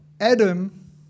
Adam